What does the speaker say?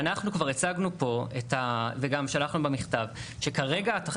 אנחנו כבר הצגנו פה וגם שלחנו במכתב שאם